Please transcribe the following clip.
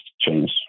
change